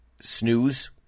snooze